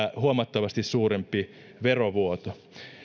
huomattavasti suurempi verovuoto